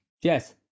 Yes